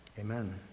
Amen